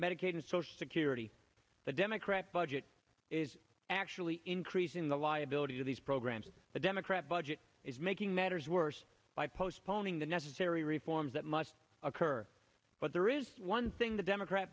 medicaid and social security the democrat budget is actually increasing the liabilities of these programs and the democrat budget is making matters worse by postponing the necessary reforms that must occur but there is one thing the democrat